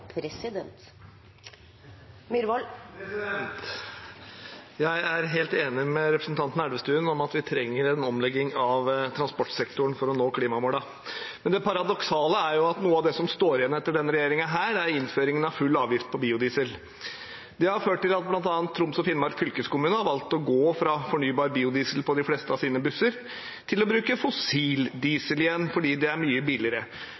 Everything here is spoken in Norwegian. noe av det som står igjen etter denne regjeringen, er innføringen av full avgift på biodiesel. Det har ført til at bl.a. Troms og Finnmark fylkeskommune har valgt å gå fra å bruke fornybar biodiesel – biodiesel som kunne vært produsert i Fredrikstad – på de fleste av sine busser til å bruke fossil diesel igjen, fordi det er mye